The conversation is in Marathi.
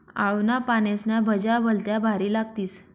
आळूना पानेस्न्या भज्या भलत्या भारी लागतीस